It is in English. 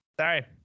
sorry